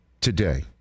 Today